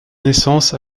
naissance